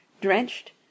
drenched